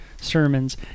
sermons